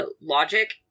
logic